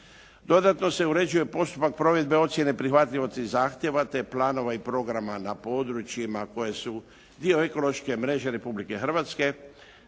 Dodatno se uređuje postupak provedbe ocjene prihvatljivosti zahtjeva, te planova i programa na područjima koje su dio ekološke mreže Republike Hrvatske.